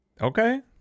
Okay